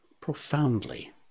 profoundly